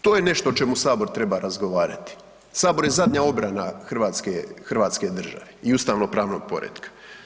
To je nešto o čemu Sabor treba razgovarati, Sabor je zadnja obrana hrvatske države i ustavnopravnog poretka.